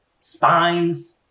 spines